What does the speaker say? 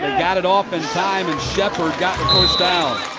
got it off in time. and sheppard got down.